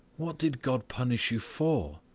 what did god punish you for?